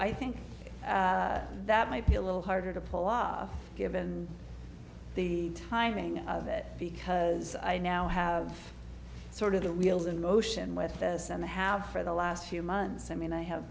i think that might be a little harder to pull off given the timing of it because i now have sort of the wheels in motion with this and i have for the last few months i mean i have